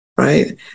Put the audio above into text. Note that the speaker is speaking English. Right